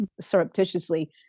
surreptitiously